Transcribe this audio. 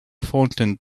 fountain